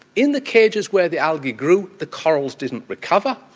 in the cages where the algae grew the corals didn't recover,